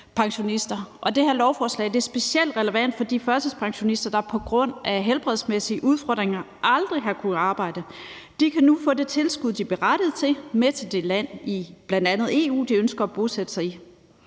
det her lovforslag er specielt relevant for de førtidspensionister, der på grund af helbredsmæssige udfordringer aldrig har kunnet arbejde. De kan nu få det tilskud, de er berettiget til, med til det land i bl.a. EU, de ønsker at bosætte sig i.